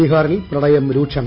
ബീഹാറിൽ പ്രളയം രൂക്ഷം